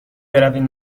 برویم